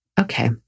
Okay